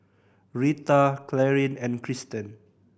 Rheta Clarine and Christen